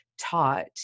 taught